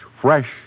fresh